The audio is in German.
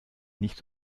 nicht